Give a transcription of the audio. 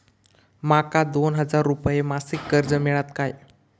माका दोन हजार रुपये मासिक कर्ज मिळात काय?